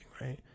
right